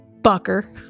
Bucker